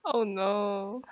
oh no